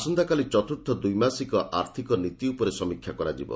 ଆସନ୍ତାକାଲି ଚତୁର୍ଥ ଦ୍ୱିମାସିକ ଆର୍ଥିକ ନୀତି ଉପରେ ସମୀକ୍ଷା କରାଯିବ